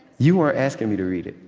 you are asking me to read it.